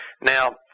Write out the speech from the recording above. Now